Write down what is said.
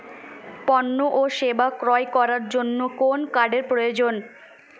পণ্য ও সেবা ক্রয় করার জন্য কোন কার্ডের প্রয়োজন?